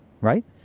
right